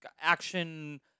action